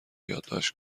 یادداشت